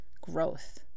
growth